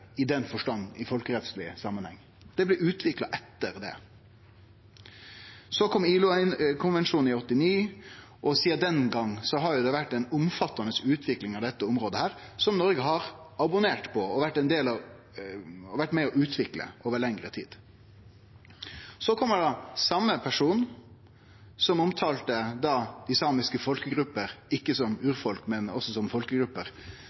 i den forstand i folkerettsleg samanheng. Det blei utvikla etter det. Så kom ILO-konvensjonen i 1989, og sidan den gongen har det vore ei omfattande utvikling av dette området, som Noreg har abonnert på og vore med på å utvikle over lengre tid. Så kjem den same personen som omtalte dei samiske folkegruppene ikkje som «urfolk», men som